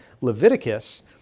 Leviticus